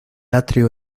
atrio